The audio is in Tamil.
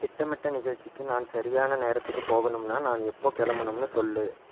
திட்டமிட்ட நிகழ்ச்சிக்கு நான் சரியான நேரத்துக்கு போகணும்னா நான் எப்போது கிளம்பணும்னு சொல்